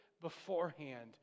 beforehand